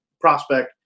prospect